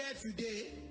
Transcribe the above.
today